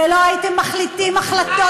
ולא הייתם מחליטים החלטות